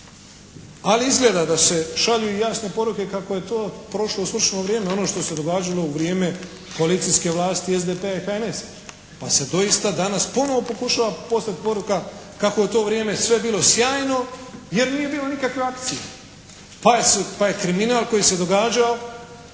Ali izgleda da se šalju i jasne poruke kako je to prošlo svršeno vrijeme, ono što se događalo u vrijeme koalicijske vlasti SDP-a i HNS-a, pa se doista danas ponovo pokušava poslati poruka kako je u to vrijeme sve bilo sjajno jer nije bilo nikakve akcije, pa je kriminal koji se događao